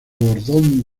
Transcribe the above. don